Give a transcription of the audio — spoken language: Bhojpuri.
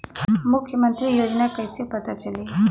मुख्यमंत्री योजना कइसे पता चली?